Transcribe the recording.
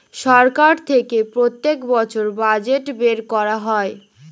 সরকার থেকে প্রত্যেক বছর বাজেট বের করা হয়